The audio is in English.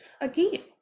again